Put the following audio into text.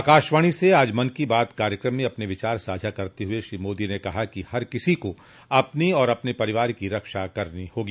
आकाशवाणी से आज मन की बात कार्यक्रम में अपने विचार साझा करते हुए श्री मोदी ने कहा कि हर किसी को अपनी और अपने परिवार की रक्षा करनी होगी